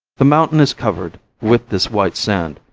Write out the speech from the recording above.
the mountain is covered with this white sand,